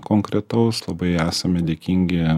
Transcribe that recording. konkretaus labai esame dėkingi